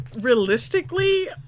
Realistically